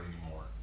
anymore